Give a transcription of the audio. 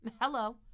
Hello